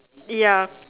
ya